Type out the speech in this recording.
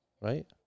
right